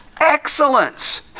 excellence